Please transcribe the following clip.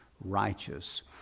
righteous